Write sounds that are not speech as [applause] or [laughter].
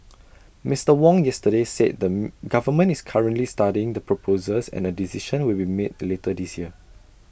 Mister Wong yesterday said the [noise] government is currently studying the proposals and A decision will be made later this year